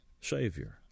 Savior